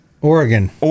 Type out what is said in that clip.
Oregon